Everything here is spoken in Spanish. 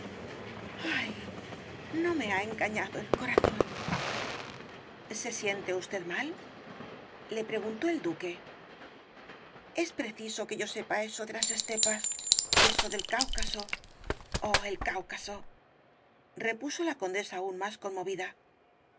ay no me ha engañado el corazón se siente usted mal la preguntó el duque es preciso que yo sepa eso de las estepas eso del cáucaso oh el cáucaso repuso la condesa aún más conmovida